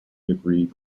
degree